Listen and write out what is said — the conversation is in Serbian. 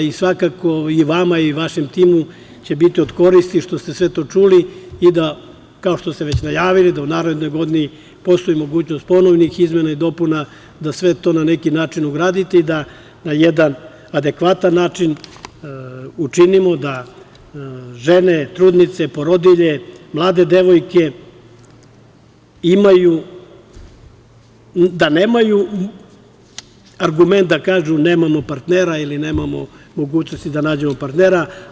Svakako, i vama i vašem timu će biti od koristi što ste sve to čuli i da, kao što ste već najavili, u narednoj godini postoji mogućnost ponovnih izmena i dopuna, da sve to na neki način ugradite i da na jedan adekvatan način učinimo da žene, trudnice, porodilje, mlade devojke nemaju argument da kažu – nemamo partnera ili nemamo mogućnosti da nađemo partnera.